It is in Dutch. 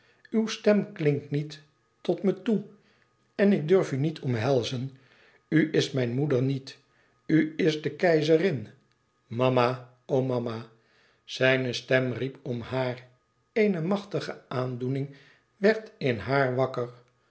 uw stem klinkt niet tot me toe en ik durf u niet omhelzen u is mijn moeder niet u is de keizerin mama o mama zijne stem riep om haar eene machtige aandoening werd in haar wakker